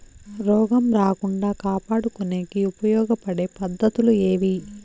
రోగం రాకుండా కాపాడుకునేకి ఉపయోగపడే పద్ధతులు ఏవి?